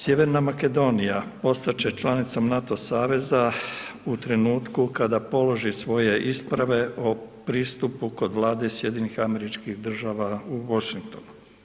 Sjeverna Makedonija postati će članicom NATO saveza u trenutku kada položi svoje ispravu o pristupu kod vlade SAD-a u Washingtonu.